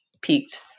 peaked